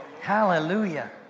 Hallelujah